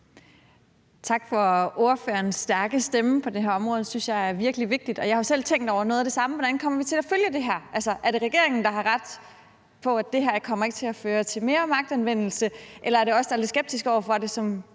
Tak for ordførerens stærke stemme på det her område, det synes jeg er virkelig vigtigt. Og jeg har jo selv tænkt over noget af det samme. Altså, hvordan kommer vi til at følge det her? Er det regeringen, der har ret i, at det her kommer ikke til at føre til mere magtanvendelse, eller er det os, der er lidt skeptiske over for det, som